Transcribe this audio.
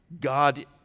god